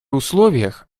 условиях